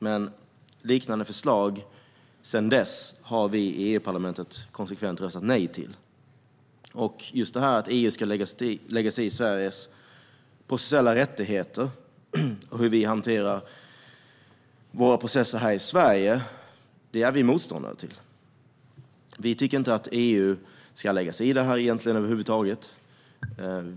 Men sedan dess har vi i EU-parlamentet konsekvent röstat nej till liknande förslag. Vi är motståndare till att EU ska lägga sig i Sveriges processuella rättigheter och hur vi hanterar våra processer här i Sverige. Vi tycker inte att EU ska lägga sig i det här över huvud taget.